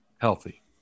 healthy